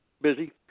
busy